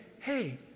hey